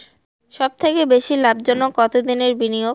সবথেকে বেশি লাভজনক কতদিনের বিনিয়োগ?